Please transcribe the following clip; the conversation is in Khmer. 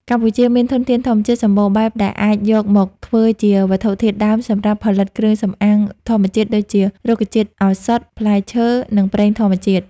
កម្ពុជាមានធនធានធម្មជាតិសម្បូរបែបដែលអាចយកមកធ្វើជាវត្ថុធាតុដើមសម្រាប់ផលិតគ្រឿងសម្អាងធម្មជាតិដូចជា រុក្ខជាតិឱសថ ផ្លែឈើ និងប្រេងធម្មជាតិ។